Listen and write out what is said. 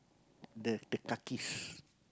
the the kakis